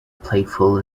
playful